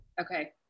okay